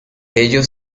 ello